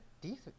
decent